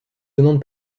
demande